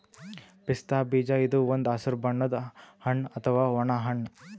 ಪಿಸ್ತಾ ಬೀಜ ಇದು ಒಂದ್ ಹಸ್ರ್ ಬಣ್ಣದ್ ಹಣ್ಣ್ ಅಥವಾ ಒಣ ಹಣ್ಣ್